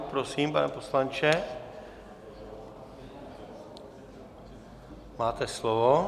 Prosím, pane poslanče, máte slovo.